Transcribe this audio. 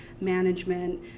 management